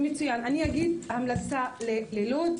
אני אגיד המלצה ללוד.